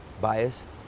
biased